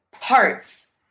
parts